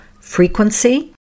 frequency